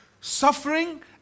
suffering